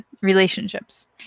relationships